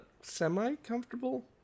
semi-comfortable